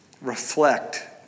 reflect